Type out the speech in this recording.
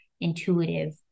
intuitive